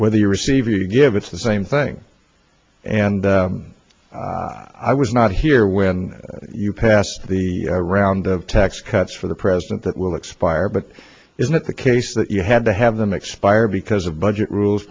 whether you receive you to give it's the same thing and i was not here when you pass the round of tax cuts for the president that will expire but isn't it the case that you had to have them expire because of budget rules